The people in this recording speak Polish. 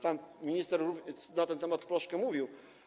Pan minister na ten temat troszkę mówił.